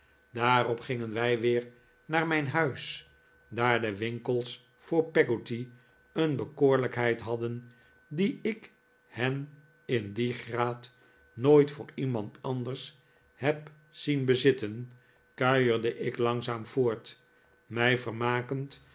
daarop gingen wij weer naar mijn huis daar de winkels voor peggotty een bekoorlijkheid hadden die ik hen in dien gr aad nooit voor iemand anders heb zien bezitten kuierde ik langzaam voort mij vermakend